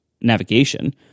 navigation